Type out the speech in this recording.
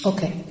Okay